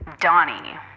Donnie